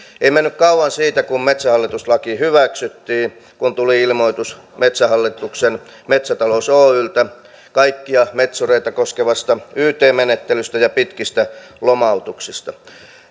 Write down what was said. ei mennyt kauan siitä kun metsähallitus laki hyväksyttiin kun tuli ilmoitus metsähallituksen metsätalous oyltä kaikkia metsureita koskevasta yt menettelystä ja pitkistä lomautuksista